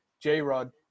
J-Rod